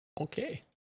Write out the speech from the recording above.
okay